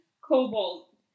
cobalt